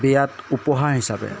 বিয়াত উপহাৰ হিচাপে